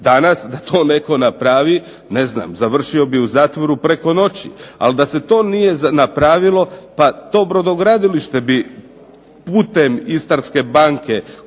Danas da to netko napravi, završio bi u zatvoru preko noći. Ali da se to nije napravilo, pa to brodogradilište bi putem Istarske banke koja